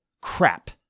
crap